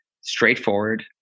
straightforward